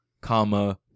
comma